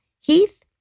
Heath